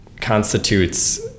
constitutes